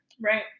Right